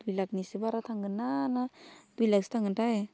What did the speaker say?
दुइ लाकनि इसि बारा थांगोनना ना दुइ लाकसो थांगोनथाय